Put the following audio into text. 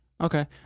Okay